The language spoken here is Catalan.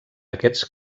aquests